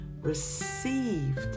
received